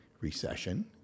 recession